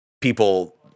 people